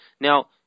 Now